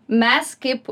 mes kaip